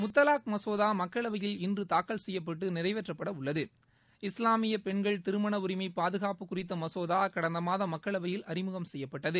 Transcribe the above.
முத்தலாக் மசோதா மக்களவையில் இன்றுதாக்கல் செய்யப்பட்டு நிறைவேற்றப்படவுள்ளது இஸ்லாமிய பெண்கள் திருமண உரிமை பாதுகாப்பு குறித்த மசோதா கடந்த மாதம் மக்களவையில் அறிமுகம் செய்யப்பட்டது